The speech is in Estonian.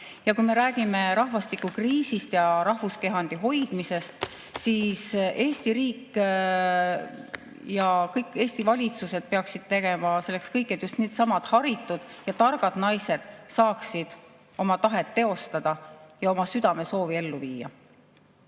Kui me räägime rahvastikukriisist ja rahvuskehandi hoidmisest, siis Eesti riik ja kõik Eesti valitsused peaksid tegema selleks kõik, et just needsamad haritud ja targad naised saaksid oma tahet teostada ja oma südamesoovi ellu viia.